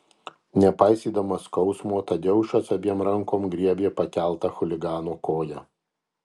nepaisydamas skausmo tadeušas abiem rankom griebė pakeltą chuligano koją